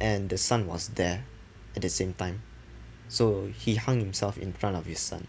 and the son was there at the same time so he hung himself in front of his son